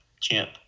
Champ